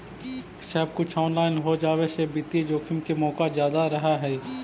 सब कुछ ऑनलाइन हो जावे से वित्तीय जोखिम के मोके जादा रहअ हई